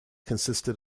consisted